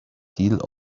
deal